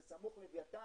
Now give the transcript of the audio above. זה סמוך ללווייתן,